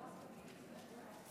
מהקואליציה והאופוזיציה,